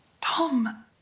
Tom